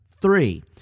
Three